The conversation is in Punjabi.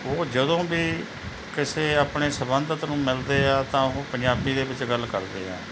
ਉਹ ਜਦੋਂ ਵੀ ਕਿਸੇ ਆਪਣੇ ਸਬੰਧਤ ਨੂੰ ਮਿਲਦੇ ਆ ਤਾਂ ਉਹ ਪੰਜਾਬੀ ਦੇ ਵਿੱਚ ਗੱਲ ਕਰਦੇ ਆ